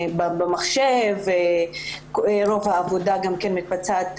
שרוב העבודה מתבצעת